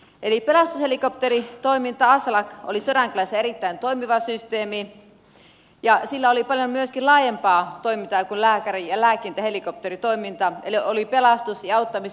eli pelastushelikopteri aslakin toiminta oli sodankylässä erittäin toimiva systeemi ja sillä oli myöskin paljon laajempaa toimintaa kuin lääkäri ja lääkintähelikopteritoiminta eli sillä oli pelastus ja auttamistoimintaa